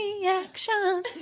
reaction